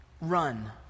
run